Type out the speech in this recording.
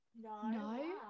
no